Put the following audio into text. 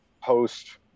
post